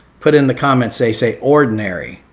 put in the comments, say say ordinary,